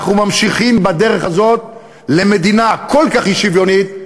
אנחנו ממשיכים בדרך הזאת למדינה כל כך אי-שוויונית,